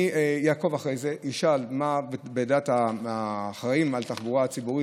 אני אעקוב אחרי זה ואשאל לדעת האחראים על התחבורה הציבורית